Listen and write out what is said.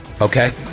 Okay